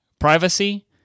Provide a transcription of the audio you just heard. Privacy